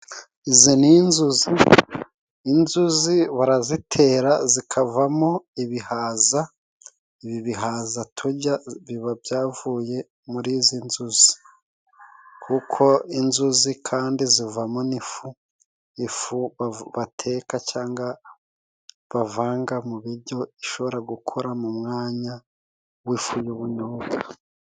Izi ni inzuzi， inzuzi barazitera zikavamo ibihaza， ibi bihaza turya biba byavuye muri izi nzuzi，kuko inzuzi kandi zivamo n'ifu，ifu bateka cyangwa bavanga mu biryo， ishobora gukora mu mwanya w'ifu y'ubunyobwa.